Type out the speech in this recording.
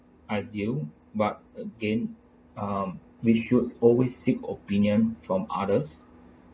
ideal but again um we should always seek opinion from others